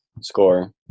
score